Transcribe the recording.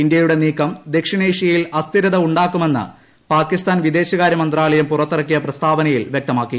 ഇന്ത്യയുടെ നീക്കം ദക്ഷിണേഷൃയിൽ അസ്ഥിരത ഉണ്ടാക്കുമെന്ന് പാകിസ്ഥാൻ വിദേശകാരൃമന്ത്രാലയം പുറത്തിറക്കിയ പ്രസ്താവനയിൽ വ്യക്തമാക്കി